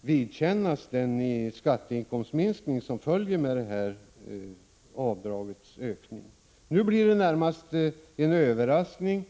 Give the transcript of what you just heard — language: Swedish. vidkännas den skatteinkomstminskning som följer av höjningen av detta avdrag.